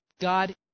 God